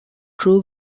true